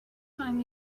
time